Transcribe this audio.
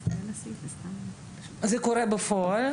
זה קורה בפועל.